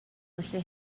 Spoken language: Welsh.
felly